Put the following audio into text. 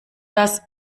das